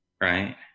Right